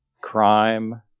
crime